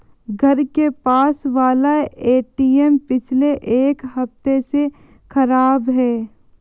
घर के पास वाला एटीएम पिछले एक हफ्ते से खराब है